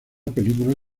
película